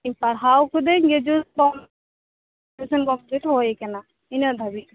ᱯᱟᱲᱦᱟᱣᱟ ᱠᱟᱫᱟᱹᱧ graduation graduation complete ᱦᱩᱭᱟᱠᱟᱱᱟ ᱤᱱᱟ ᱜ ᱫᱷᱟᱹᱵᱤᱡ